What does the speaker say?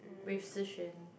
with Shi-Xuan